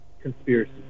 Conspiracy